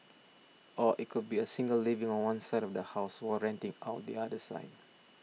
or it could be a single living on one side of the house while renting out the other side